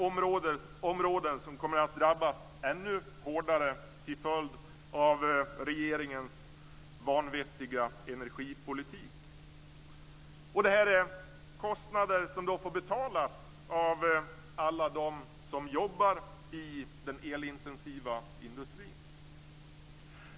Det är områden som kommer att drabbas ännu hårdare till följd av regeringens vanvettiga energipolitik. Det här är kostnader som får betalas av alla dem som jobbar i den elintensiva industrin.